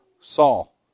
Saul